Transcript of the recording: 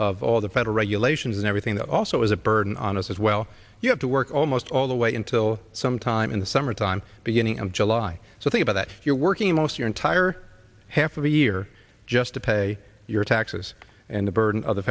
of all the federal regulations and everything that also is a burden on us as well you have to work almost all the way until sometime in the summertime beginning of july so think about that if you're working most your entire half of the year just to pay your taxes and the burden of the